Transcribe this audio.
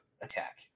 attack